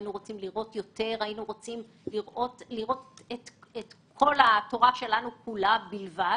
היינו רוצים לראות את כל התורה שלנו בלבד